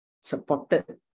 supported